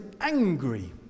angry